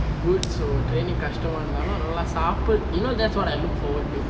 good so training கஷ்டமா இருந்தாலும் நல்லா சாப்பு:kashtama irunthaalum nalla saapu~ you know that's what I look forward to